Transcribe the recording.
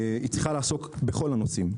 היא צריכה לעסוק בכל הנושאים,